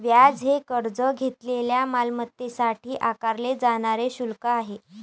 व्याज हे कर्ज घेतलेल्या मालमत्तेसाठी आकारले जाणारे शुल्क आहे